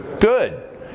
good